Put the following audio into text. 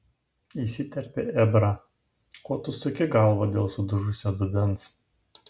įsiterpė ebrą ko tu suki galvą dėl sudužusio dubens